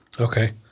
Okay